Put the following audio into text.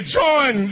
join